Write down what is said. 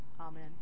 Amen